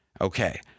Okay